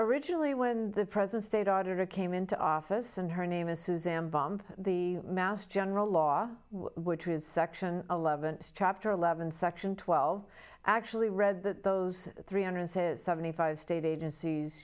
originally when the present state auditor came into office and her name is suzanne bump the mass general law which was section eleven chapter eleven section twelve actually read that those three hundred seventy five state agencies